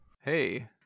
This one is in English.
Hey